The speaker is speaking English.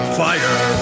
fire